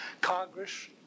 Congress